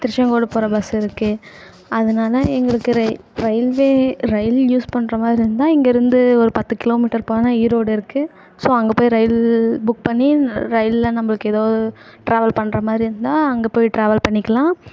திருச்செங்கோடு போகிற பஸ் இருக்குது அதனால எங்களுக்கு ரயி ரயில்வே ரயில் யூஸ் பண்ற மாதிரி இருந்தால் இங்கிருந்து ஒரு பத்து கிலோமீட்டர் போனால் ஈரோடு இருக்குது ஸோ அங்கே போய் ரயில் புக் பண்ணி ரயிலில் நம்மளுக்கு எதோ டிராவல் பண்ற மாதிரி இருந்தால் அங்கே போய் டிராவல் பண்ணிக்கலாம்